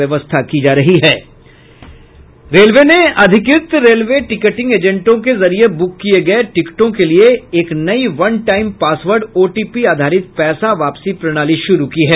railway ने अधिकृत railway ticketing एजेंटों के जरिए बुक किए गए टिकटों के लिए एक नई वन टाइम पासवर्ड ओटीपी आधारित पैसा वापसी प्रणाली शुरू की है